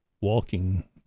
walking